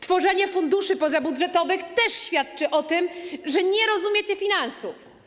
Tworzenie funduszy pozabudżetowych też świadczy o tym, że nie rozumiecie finansów.